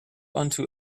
unto